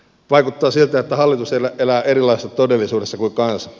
vaikuttaa siltä että hallitus elää erilaisessa todellisuudessa kuin kansa